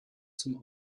zum